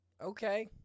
Okay